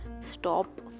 Stop